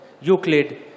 Euclid